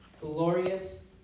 glorious